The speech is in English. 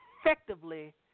effectively